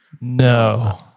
No